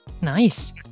Nice